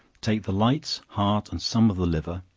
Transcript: take the lights, heart, and some of the liver,